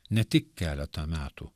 ne tik keletą metų